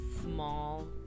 small